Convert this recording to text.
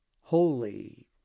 holy